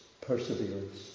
perseverance